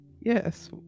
Yes